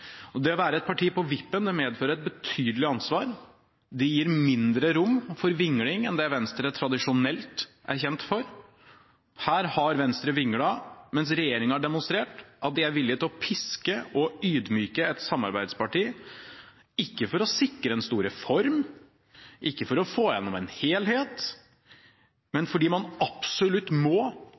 Det å være et parti på vippen, medfører et betydelig ansvar. Det gir mindre rom for vingling enn det Venstre tradisjonelt er kjent for. Her har Venstre vinglet, mens regjeringen har demonstrert at den er villig til å piske og ydmyke et samarbeidsparti – ikke for å sikre en stor reform, ikke for å få gjennom en helhet, men fordi man absolutt må,